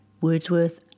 Wordsworth